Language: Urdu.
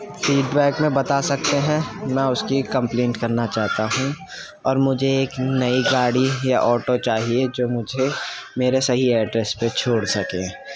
فیڈبیک میں بتا سکتے ہیں میں اس کی ایک کمپلینٹ کرنا چاہتا ہوں اور مجھے ایک نئی گاڑی یا آٹو چاہیے جو مجھے میرے صحیح ایڈریس پہ چھوڑ سکے